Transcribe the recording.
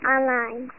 Online